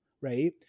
Right